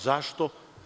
Zašto?